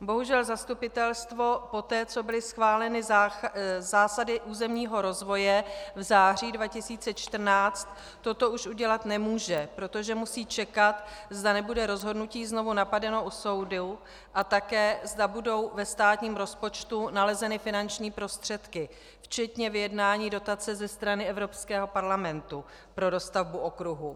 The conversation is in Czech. Bohužel, zastupitelstvo poté, co byly schváleny zásady územního rozvoje v září 2014, toto už udělat nemůže, protože musí čekat, zda nebude rozhodnutí znovu napadeno u soudu a také zda budou ve státním rozpočtu nalezeny finanční prostředky včetně vyjednání dotace ze strany Evropského parlamentu pro dostavbu okruhu.